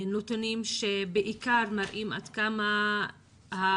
מהקטינים הערבים מורשעים לעומת כ-37,